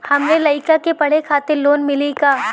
हमरे लयिका के पढ़े खातिर लोन मिलि का?